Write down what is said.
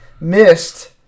missed